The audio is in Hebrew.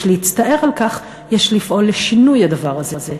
יש להצטער על כך, יש לפעול לשינוי הדבר הזה.